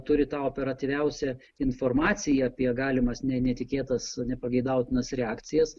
turi tą operatyviausią informaciją apie galimas ne netikėtas nepageidautinas reakcijas